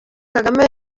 kagame